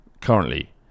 currently